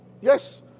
yes